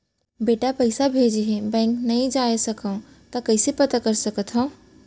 बेटा पइसा भेजे हे, बैंक नई जाथे सकंव त कइसे पता कर सकथव?